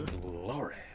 glory